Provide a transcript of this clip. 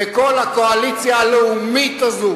וכל הקואליציה הלאומית הזאת